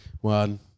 One